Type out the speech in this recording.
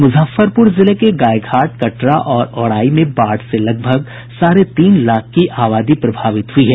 मुजफ्फरपुर जिले के गाय घाट कटरा और औराई में बाढ़ से लगभग साढ़े तीन लाख की आबादी प्रभावित हुई है